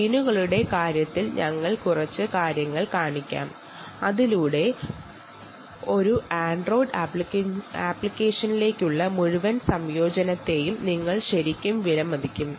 സ്ക്രീനിൽ കുറച്ച് കാര്യങ്ങൾ ഞങ്ങൾ കാണിക്കാം അതിലൂടെ ഒരു ആൻഡ്രോയ്ഡ് അപ്ലിക്കേഷനു വേണ്ടി ചെയ്തിട്ടുള്ള മുഴുവൻ ഇൻറ്റഗ്രേഷനുകളും നിങ്ങൾ ശരിക്കും വിലമതിക്കും